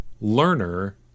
learner